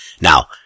Now